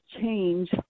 change